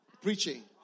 preaching